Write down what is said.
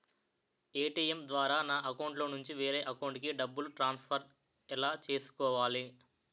ATM ద్వారా నా అకౌంట్లోనుంచి వేరే అకౌంట్ కి డబ్బులు ట్రాన్సఫర్ ఎలా చేసుకోవాలి?